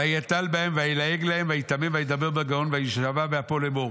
ויהתל בהם וילעג להם וייתמם וידבר בגאון ויישבע באפו לאמור: